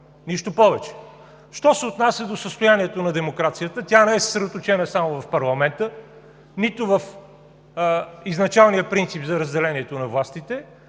Нищо повече. Що се отнася до състоянието на демокрацията, тя не е съсредоточена само в парламента нито в изначалния принцип за разделението на властите.